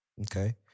okay